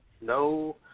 no